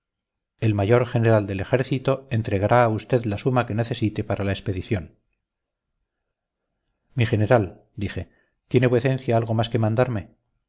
el mayor general del ejército entregará a usted la suma que necesite para la expedición mi general dije tiene vuecencia algo más que mandarme